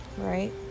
right